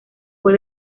fue